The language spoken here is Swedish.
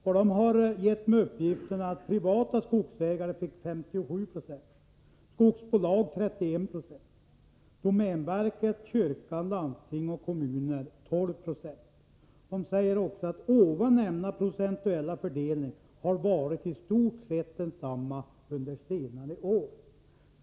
Man har gett mig uppgiften att privata skogsägare fick 57 20, skogsbolag 31 76, domänverket, kyrkan, landsting och kommuner 12 90. Man säger också att den nämnda procentuella fördelningen har varit i stort sett densamma under senare år.